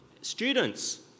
Students